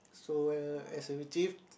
so uh as we achieve